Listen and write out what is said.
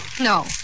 No